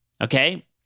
Okay